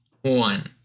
one